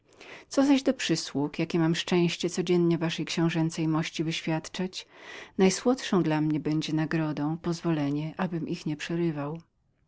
co zaś do przysług jakie mam szczęście codziennie waszej książęcej mości wyświadczać najsłodszą dla mnie nagrodą będzie pozwolenie ich nie przerywania